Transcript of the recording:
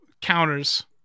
counters